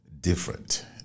different